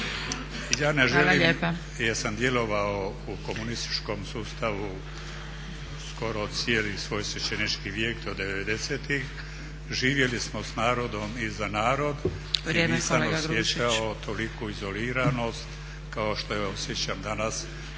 Ja ne želim jer sam djelovao u komunističkom sustavu skoro cijeli svoj svećenički vijek do '90.-ih, živjeli smo s narodom i za narod i nisam osjećao toliku izoliranost kao što je osjećam danas